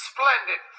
Splendid